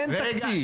אין תקציב.